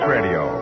Radio